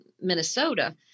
Minnesota